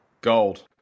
Gold